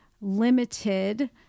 limited